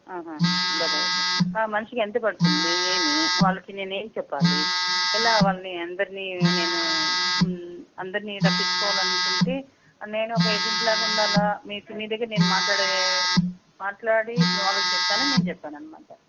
అదే అదే ఒక మనిషికి ఎంత పడుతుంది ఏమి వాళ్ళకి నేను ఏమి చెప్పాలి ఎలా వాళ్ళని అందరిని నేను అందరిని రప్పించుకోవాలనుకుంటే నేను ఒక ఏజెంట్లాగా ఉండాలా మీ దగ్గర నేను మాట్లాడే మాట్లాడి వాళ్ళకి చెప్తానని నేను చెప్పాననమాట